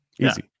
easy